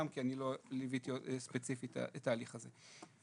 כי אני לא ליוויתי ספציפית את ההליך הזה.